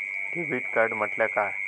Debit card म्हटल्या काय?